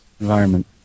Environment